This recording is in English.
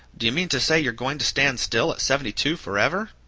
do you mean to say you're going to stand still at seventy-two, forever?